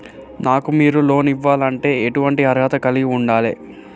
నాకు మీరు లోన్ ఇవ్వాలంటే ఎటువంటి అర్హత కలిగి వుండాలే?